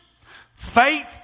faith